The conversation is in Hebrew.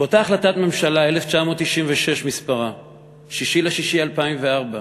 שאותה החלטת ממשלה, 1996 מספרה, 6 ביוני 2004,